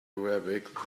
arabic